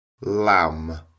lamb